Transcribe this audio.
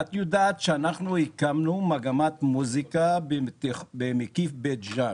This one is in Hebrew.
את יודעת שאנחנו הקמנו מגמת מוזיקה במקיף בית ג'אן.